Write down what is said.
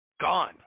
Gone